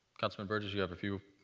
councilman burgess, you have a few?